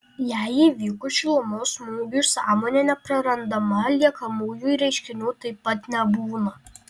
jei įvykus šilumos smūgiui sąmonė neprarandama liekamųjų reiškinių taip pat nebūna